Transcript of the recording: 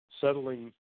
settling